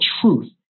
truth